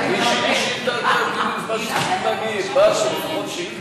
ועדת הפנים, מוסי רז?